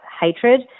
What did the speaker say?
hatred